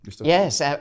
Yes